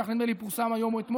כך נדמה לי שפורסם אתמול או היום,